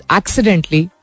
accidentally